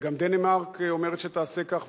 גם דנמרק אומרת שתעשה כך,